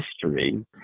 history